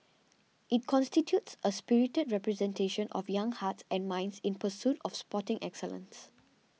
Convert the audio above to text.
it constitutes a spirited representation of young hearts and minds in pursuit of sporting excellence